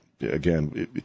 again